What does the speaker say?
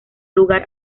lugar